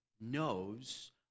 knows